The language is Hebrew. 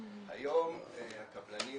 היום הקבלנים,